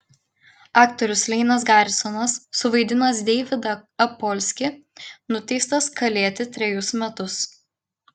aktorius leinas garisonas suvaidinęs deividą apolskį nuteistas kalėti trejus metus